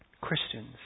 Christians